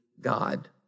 God